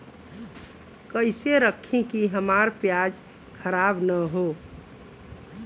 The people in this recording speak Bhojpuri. कइसे रखी कि हमार प्याज खराब न हो?